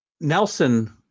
Nelson